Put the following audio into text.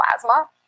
plasma